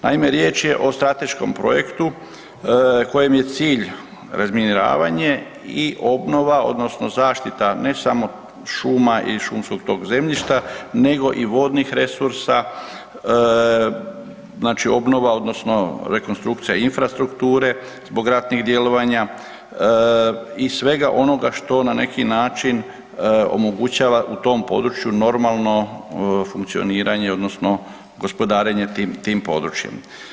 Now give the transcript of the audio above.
Naime, riječ je o strateškom projektu kojem je cilj razminiravanje i obnova, odnosno zaštita ne samo šuma i šumskog tog zemljišta nego i vodnih resursa, znači obnova, odnosno rekonstrukcija infrastrukture zbog ratnih djelovanja i sve onoga što na neki način omogućava u tom području normalno funkcioniranje, odnosno gospodarenje tim područjem.